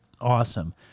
awesome